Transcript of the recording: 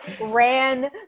ran